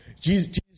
Jesus